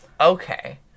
okay